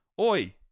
Oi